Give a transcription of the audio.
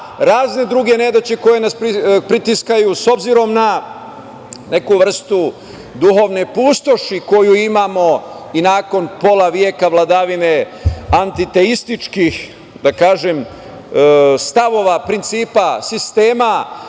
razne druge nedaće koje nas pritiskaju, s obzirom na neku vrstu duhovne pustoši koju imamo i nakon pola veka vladavine antiteističkih, da kažem, stavova, principa, sistema,